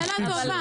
שאלה טובה.